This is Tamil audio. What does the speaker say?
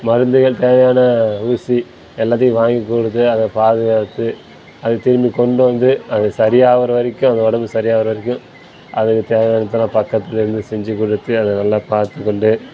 மருந்துகள் தேவையான ஊசி எல்லாத்தையும் வாங்கி கொடுத்து அதை பாதுகாத்து அது திரும்பி கொண்டு வந்து அது சரியாகுறவரைக்கும் அது உடம்பு சரியாகுறவரைக்கும் அதுக்கு தேவையானதெல்லாம் பக்கத்திலயிருந்து செஞ்சு கொடுத்து அதை நல்லா பார்த்துக்கொண்டு